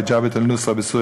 ואת "ג'בהת א-נוסרה" בסוריה,